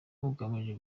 ugamije